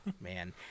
Man